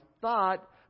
thought